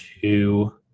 two